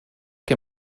que